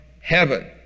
heaven